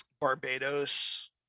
Barbados